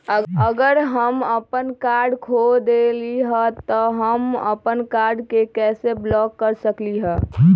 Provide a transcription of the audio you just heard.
अगर हम अपन कार्ड खो देली ह त हम अपन कार्ड के कैसे ब्लॉक कर सकली ह?